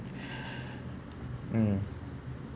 mm